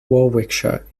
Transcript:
warwickshire